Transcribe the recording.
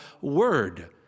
Word